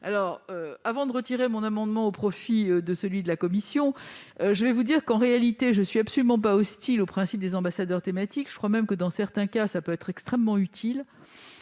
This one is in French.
relais. Avant de retirer mon amendement au profit de celui de la commission, je veux dire que je ne suis absolument pas hostile au principe des ambassadeurs thématiques. Je crois même que, dans certains cas, ils peuvent être extrêmement utiles.